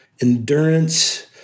endurance